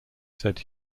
said